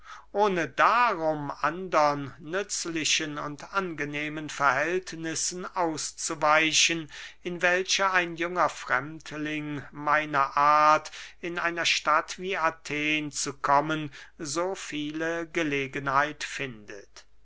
ohne darum andern nützlichen und angenehmen verhältnissen auszuweichen in welche ein junger fremdling meiner art in einer stadt wie athen zu kommen so viele gelegenheit findet